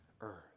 earth